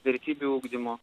vertybių ugdymo